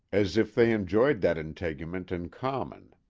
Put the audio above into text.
as if they enjoyed that integument in common.